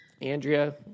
Andrea